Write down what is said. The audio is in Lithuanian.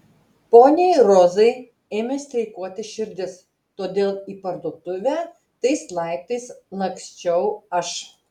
poniai rozai ėmė streikuoti širdis todėl į parduotuvę tais laiptais laksčiau aš